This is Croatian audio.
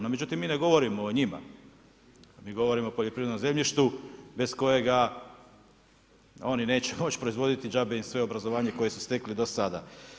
No međutim, mi ne govorimo o njima, mi govorim o poljoprivrednom zemljištu bez kojega oni neće moći proizvoditi i džabe im sve obrazovanje koje su stekli do sada.